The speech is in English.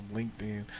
LinkedIn